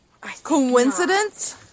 Coincidence